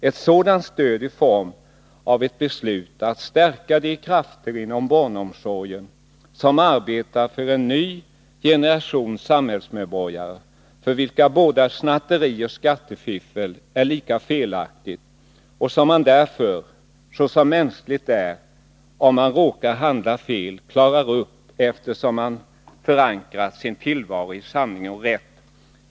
Ett sådant stöd i form av ett beslut skulle stärka de krafter inom barnomsorgen som arbetar för en ny generation samhällsmedborgare, för vilka snatteri och skattefiffel är någonting lika felaktigt, som man därför klarar upp om man — såsom mänskligt är — råkar handla fel, eftersom man förankrat sin tillvaro i sanning och rätt.